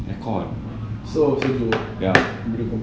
so sejuk they complain